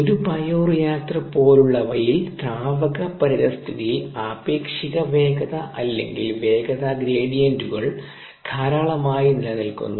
ഒരു ബയോറിയാക്റ്റർ പോലുള്ളവയിൽ ദ്രാവക പരിതസ്ഥിതിയിൽ ആപേക്ഷിക വേഗത അല്ലെങ്കിൽ വേഗത ഗ്രേഡിയന്റുകൾ ധാരാളമായി നിലനിൽക്കുന്നു